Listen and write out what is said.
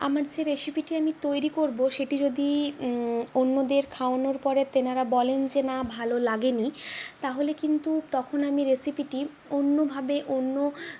আমার যে রেসিপিটি আমি তৈরি করব সেটি যদি অন্যদের খাওয়ানোর পরে তেনারা বলেন যে না ভালো লাগেনি তাহলে কিন্তু তখন আমি রেসিপিটি অন্যভাবে অন্য